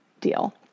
deal